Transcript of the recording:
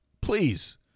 Please